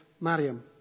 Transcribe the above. Mariam